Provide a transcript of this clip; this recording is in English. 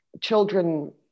children